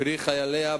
קרי חייליה,